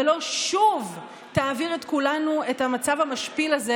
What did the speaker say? ולא תעביר את כולנו שוב את המצב המשפיל הזה